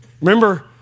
Remember